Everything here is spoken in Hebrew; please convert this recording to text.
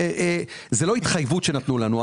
זאת לא התחייבות שנתנו לנו,